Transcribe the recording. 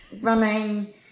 running